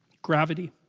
gravity